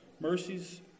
Mercies